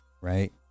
right